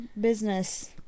business